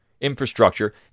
infrastructure